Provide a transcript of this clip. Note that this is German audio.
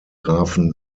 grafen